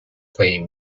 playing